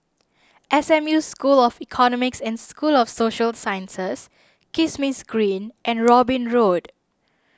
S M U School of Economics and School of Social Sciences Kismis Green and Robin Road